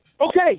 Okay